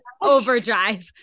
overdrive